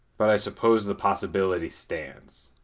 but i suppose the possibility stands.